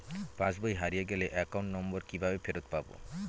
পাসবই হারিয়ে গেলে account number কিভাবে ফেরত পাব?